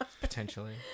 Potentially